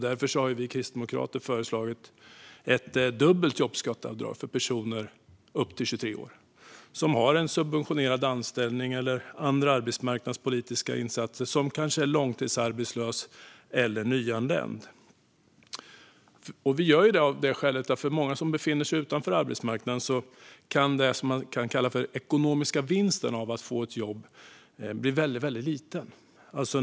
Därför har vi kristdemokrater föreslagit ett dubbelt jobbskatteavdrag för personer upp till 23 år som har en subventionerad anställning eller andra arbetsmarknadspolitiska insatser eller är långtidsarbetslösa eller nyanlända. För många som befinner sig långt från arbetsmarknaden kan den ekonomiska vinsten av att få ett jobb nämligen bli väldigt liten.